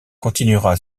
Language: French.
continuera